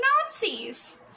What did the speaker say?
Nazis